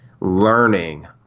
learning